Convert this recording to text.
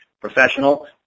professional